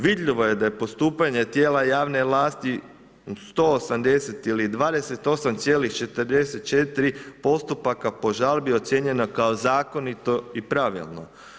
Vidljivo je da je postupanja tijela javne vlasti 180 ili 28,44% postupaka po žalbi ocjenjeno kao zakonito ili pravilno.